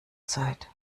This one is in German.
zeit